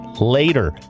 later